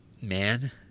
Man